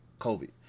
COVID